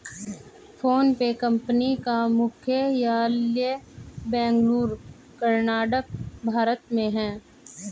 PhonePe company का मुख्यालय बेंगलुरु कर्नाटक भारत में है